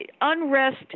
Unrest